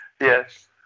Yes